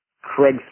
Craig